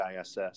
ISS